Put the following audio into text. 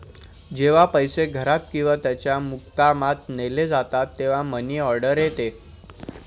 जेव्हा पैसे घरात किंवा त्याच्या मुक्कामात नेले जातात तेव्हा मनी ऑर्डर येते